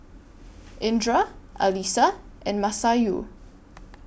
Indra Alyssa and Masayu